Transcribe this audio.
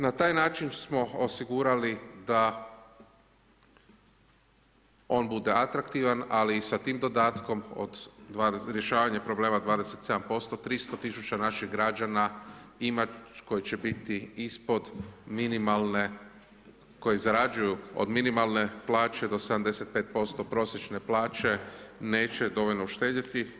Na taj način smo osigurali da on bude atraktivan ali i sa tim dodatkom od, rješavanje problema 27% 300 tisuća naših građana koji će biti ispod minimalne, koji zarađuju od minimalne plaće do 75% prosječne plaće neće dovoljno uštedjeti.